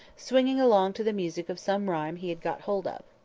swinging along to the music of some rhyme he had got hold of.